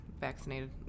vaccinated